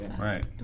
Right